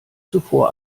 zuvor